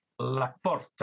Laporta